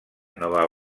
nova